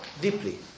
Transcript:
deeply